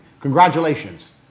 Congratulations